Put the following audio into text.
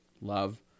Love